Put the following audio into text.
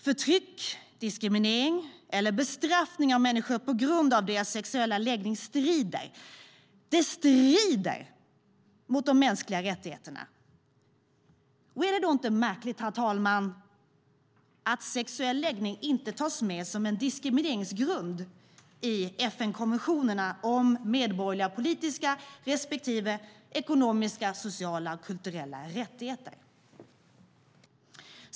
Förtryck, diskriminering eller bestraffning av människor på grund av deras sexuella läggning strider - det strider - mot de mänskliga rättigheterna. Är det då inte märkligt, herr talman, att sexuell läggning inte tas med som en diskrimineringsgrund i FN-konventionerna om medborgerliga och politiska respektive ekonomiska, sociala och kulturella rättigheter?